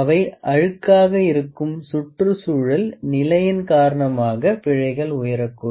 அவை அழுக்காக இருக்கும் சுற்றுச்சூழல் நிலையின் காரணமாக பிழைகள் உயரக்கூடும்